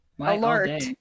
Alert